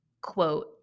quote